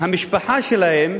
המשפחה שלהם,